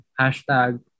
hashtag